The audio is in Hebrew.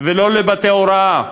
ולא לבתי הוראה.